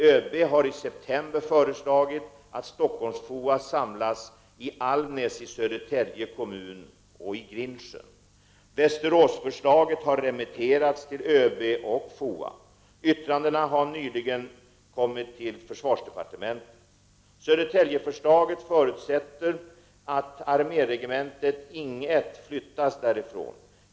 ÖB har i september föreslagit att Stockholms-FOA samlas i Almnäs i Södertälje kommun och i Grindsjön. Västeråsförslaget har remitterats till ÖB och FOA. Yttrandena har nyligen kommit till försvarsdepartementet. Södertäljeförslaget förutsätter att arméregementet Ing 1 flyttas därifrån.